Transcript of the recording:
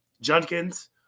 Junkins